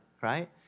right